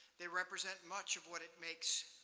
they represent much of what it makes,